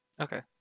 okay